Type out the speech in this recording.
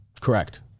correct